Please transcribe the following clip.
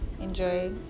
enjoy